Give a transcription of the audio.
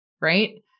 Right